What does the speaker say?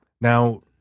Now